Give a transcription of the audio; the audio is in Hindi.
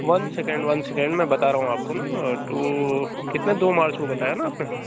वन सेकेण्ड वन सेकेण्ड मैं बता रहा हूँ आपको ना तो कितने दो मार्च को बताया ना आपने